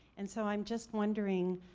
and so i'm just wondering,